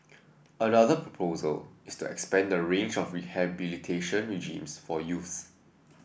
another proposal is to expand the range of rehabilitation regimes for youths